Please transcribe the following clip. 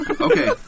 Okay